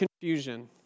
confusion